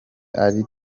ari